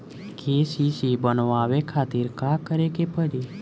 KCC बनवावे खातिर का करे के पड़ी?